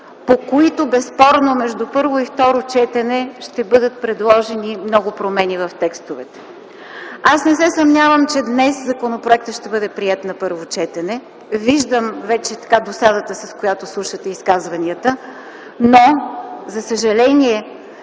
по които безспорно между първо и второ четене ще бъдат предложени много промени в текстовете. Аз не се съмнявам, че днес законопроектът ще бъде приет на първо четене. Виждам вече досадата, с която слушате изказванията. Но за съжаление,